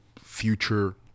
future